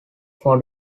four